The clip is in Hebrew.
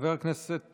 חבר הכנסת